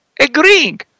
agreeing